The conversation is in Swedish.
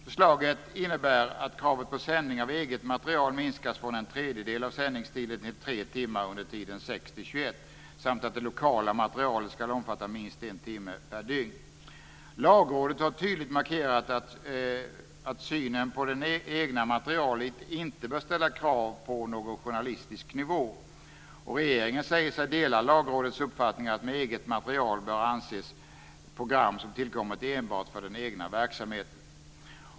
Förslaget innebär att kravet på sändning av eget material minskas från en tredjedel av sändningstiden till tre timmar under tiden 06.00 Lagrådet har tydligt markerat att man inte bör ställa krav på någon journalistisk nivå på det egna materialet. Och regeringen säger sig dela Lagrådets uppfattning att eget material bör anses vara program som tillkommit enbart för den egna verksamheten.